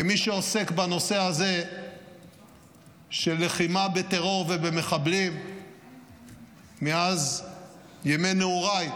כמי שעוסק בנושא הזה של לחימה בטרור ובמחבלים מאז ימי נעוריי,